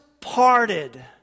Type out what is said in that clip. parted